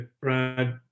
Brad